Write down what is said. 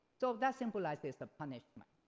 so that symbolizes the punishment.